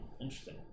Interesting